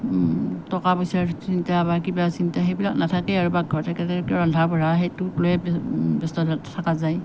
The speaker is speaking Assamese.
টকা পইচাৰ চিন্তা বা কিবা চিন্তা সেইবিলাক নাথাকে আৰু পাকঘৰত থাকিলে ৰন্ধা বঢ়া সেইটোক লৈয়ে ব্যস্ত থকা যায়